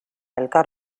elkar